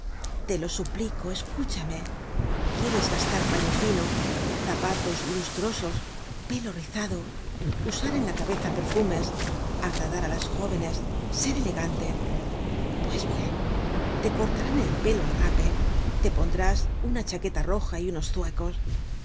te lo suplico escúchame quieres gastar paño fino zapatos lustrosos pelo rizado usar en la cabeza perfumes agradar á las jóvenes ser elegante pues bien te cortarán el pelo al rape te pondrás una chaqueta roja y unos zuecos